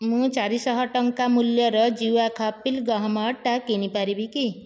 ମୁଁ ଚାରିଶହ ଟଙ୍କା ମୂଲ୍ୟର ଜୀୱା ଖପ୍ଲି ଗହମ ଅଟା କିଣି ପାରିବି କି